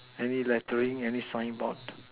any lettering any signboard